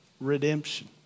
redemption